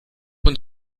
und